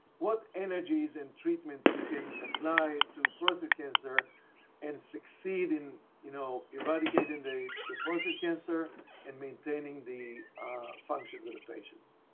what energies and treatments we can apply to prostate cancer and succeed in you know eradicating the prostate cancer and maintaining the functions of the patients.